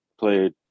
played